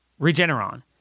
Regeneron